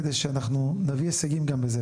כדי שאנחנו נביא הישגים גם בזה,